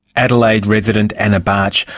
adelaide resident anne bartsch.